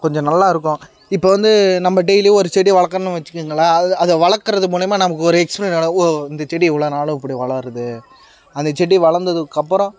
கொஞ்சம் நல்லா இருக்கும் இப்போ வந்து நம்ம டெய்லியும் ஒரு செடி வளர்க்கணும்னு வச்சுக்கோங்களேன் அதை அதை வளர்க்குறது மூலிமா நமக்கு ஒரு எக்ஸ்பீரியண்ட் அளவு ஓ இந்த செடி இவ்வளோ நாளில் இப்படி வளருது அந்த செடி வளர்ந்ததுக்கு அப்புறம்